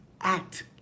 act